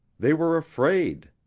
they were afraid!